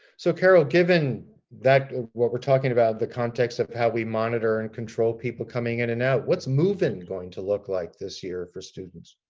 so carol, given ah what we're talking about, the context of how we monitor and control people coming in and out, what's move-in going to look like this year for students?